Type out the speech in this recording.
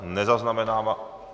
Nezaznamenávám.